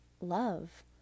love